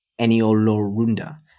Eniolorunda